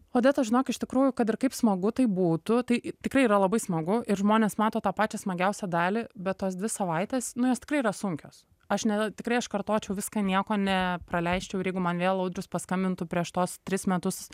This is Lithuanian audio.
odeta žinok iš tikrųjų kad ir kaip smagu tai būtų tai tikrai yra labai smagu ir žmonės mato tą pačią smagiausią dalį bet tos dvi savaitės nu jos tikrai yra sunkios aš ne tikrai aš kartočiau viską nieko nepraleisčiau ir jeigu man vėl audrius paskambintų prieš tuos tris metus